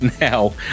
now